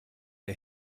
der